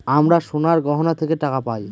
আমরা সোনার গহনা থেকে টাকা পায়